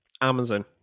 Amazon